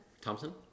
Thompson